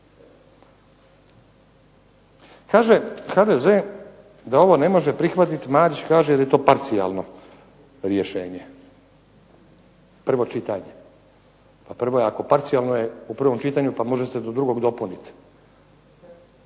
Kaže HDZ da ovo ne može prihvatiti, Marić kaže jer je to parcijalno rješenje. Prvo čitanje pa prvo je ako parcijalno je u prvom čitanju pa može se do drugog dopuniti.